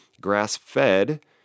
Grass-fed